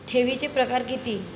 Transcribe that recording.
ठेवीचे प्रकार किती?